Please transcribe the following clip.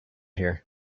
here